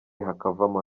hakavamo